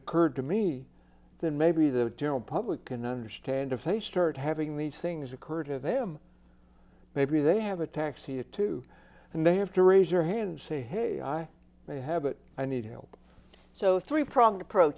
occurred to me then maybe the general public can understand if they start having these things occur to them maybe they have a taxi too and they have to raise your hand say hey i may have it i need help so three pro